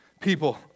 people